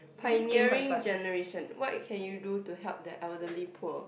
pioneering generation what can you do to help the elderly poor